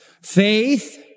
Faith